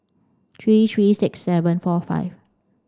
three three six seven four five